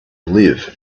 live